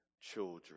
children